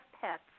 pets